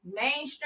mainstream